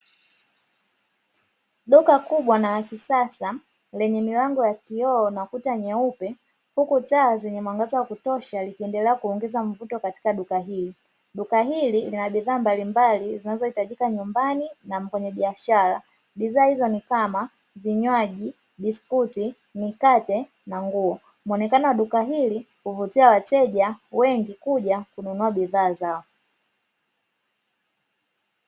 Duka kubwa na la kisasa lenye milango ya kioo na kuta nyeupe, huku taa zenye mwangaza wa kutosha likiendelea kuongeza mvuto katika duka hili. Duka hili lina bidhaa mbalimbali zinazohitajika nyumbani na mfanyabiashara. Bidhaaa hizo ni kama vinywaji, biskuti, mikate na nguo. Muonekano wa duka hili huvutia wateja wengi kuja kununua bidhaa zao.